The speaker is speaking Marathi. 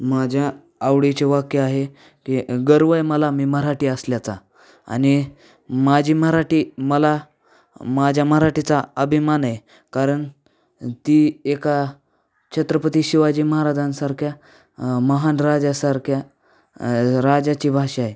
माझ्या आवडीचे वाक्य आहे की गर्व आहे मला मी मराठी असल्याचा आणि माझी मराठी मला माझ्या मराठीचा अभिमान आहे कारण ती एका छत्रपती शिवाजी महाराजांसारख्या महान राजासारख्या राजाची भाषा आहे